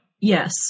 Yes